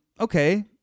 Okay